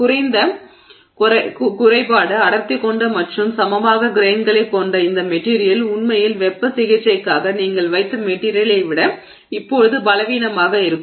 குறைந்த குறைபாடு அடர்த்தி கொண்ட மற்றும் சமமான கிரெய்ன்களைக் கொண்ட இந்த மெட்டிரியல் உண்மையில் வெப்ப சிகிச்சைக்காக நீங்கள் வைத்த மெட்டிரியலை விட இப்போது பலவீனமாக இருக்கும்